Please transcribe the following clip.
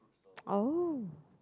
oh